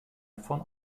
von